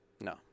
No